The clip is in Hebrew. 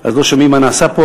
הם לא שומעים מה נעשה פה.